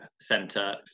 center